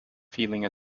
feeling